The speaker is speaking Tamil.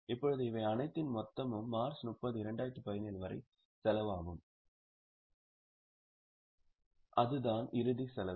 இப்போது இவை அனைத்தின் மொத்தமும் மார்ச் 30 2017 வரை செலவாகும் அதுதான் இறுதி செலவு